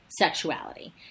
sexuality